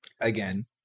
again